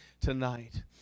tonight